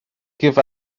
give